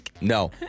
no